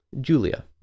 Julia